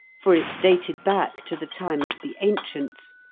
for it dated back to the time of the ancients,